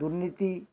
ର୍ଦୁନୀତି